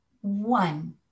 one